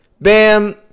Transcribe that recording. bam